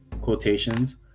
quotations